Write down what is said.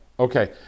Okay